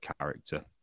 character